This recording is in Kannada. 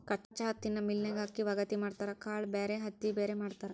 ಕಚ್ಚಾ ಹತ್ತಿನ ಮಿಲ್ ನ್ಯಾಗ ಹಾಕಿ ವಗಾತಿ ಮಾಡತಾರ ಕಾಳ ಬ್ಯಾರೆ ಹತ್ತಿ ಬ್ಯಾರೆ ಮಾಡ್ತಾರ